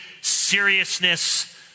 seriousness